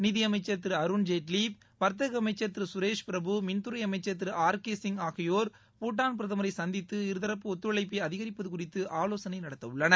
நிதியமைச்சர் திரு அருண்ஜேட்லி வர்த்தக அமைச்சர் திரு சுரேஷ் பிரபு மின்துறை அமைச்சர் திரு ஆர் கே சிங் ஆகியோர் பூட்டான் பிரதமரை சந்தித்து இருதரப்பு ஒத்துழைப்பை அதிகரிப்பது குறித்து ஆலோசனை நடத்தவுள்ளன்